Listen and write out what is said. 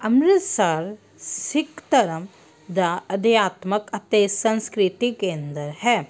ਅੰਮ੍ਰਿਤਸਰ ਸਿੱਖ ਧਰਮ ਦਾ ਅਧਿਆਤਮਿਕ ਅਤੇ ਸੰਸਕ੍ਰਿਤੀ ਕੇਂਦਰ ਹੈ